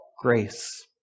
grace